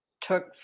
took